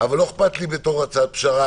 אבל לא אכפת לי בתור הצעת פשרה.